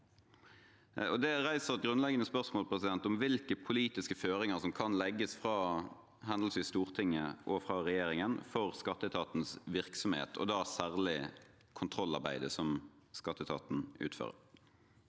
Det reiser grunnleggende spørsmål om hvilke politiske føringer som kan legges fra henholdsvis Stortinget og regjeringen for skatteetatens virksomhet, og da særlig for kontrollarbeidet skatteetaten utfører.